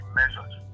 measured